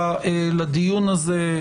דיון ראשון